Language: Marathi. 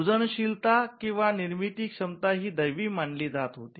सृजनशीलता किंवा निर्मिती क्षमता ही दैवी मानली जात होती